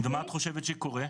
ומה את חושבת שקורה?